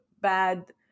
bad